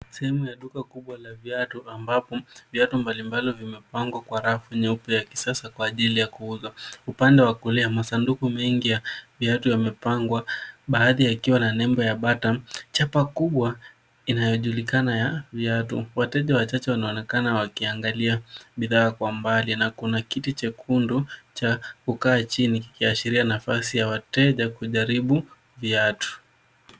Sehemu ya duka kubwa la viatu ambapo viatu mbalimbali vimepangwa kwa rafu nyeupe ya kisasa kwa ajili ya kuuzwa. Upande wa kulia masanduku mengi ya viatu yamepangwa baadhi yakiwa na nembo ya Bata ,chapa kubwa inayojulikana ya viatu. Wateja wachache wanaonekana wakiangalia bidhaa kwa mbali na kuna kiti chekundu cha kukaa chini ikiashiria nafasi ya wateja kujaribu viatu.